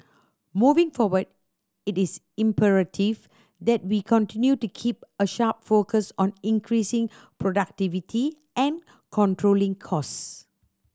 moving forward it is imperative that we continue to keep a sharp focus on increasing productivity and controlling costs